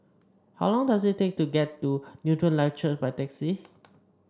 how long does it take to get to Newton Life Church by taxi